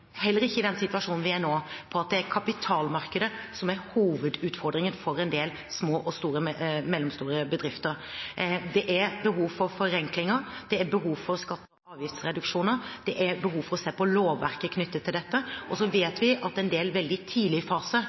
heller ikke i den situasjonen vi er i nå – om at det er kapitalmarkedet som er hovedutfordringen for en del små og mellomstore bedrifter. Det er behov for forenklinger. Det er behov for skatte- og avgiftsreduksjoner. Det er behov for å se på lovverket knyttet til dette. Så vet vi at en del veldig-tidlig-fase-bedrifter har behov for kapital. Derfor er det veldig